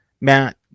Matt